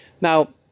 now